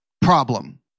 Problem